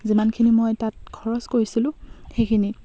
যিমানখিনি মই তাত খৰচ কৰিছিলোঁ সেইখিনি